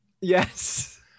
Yes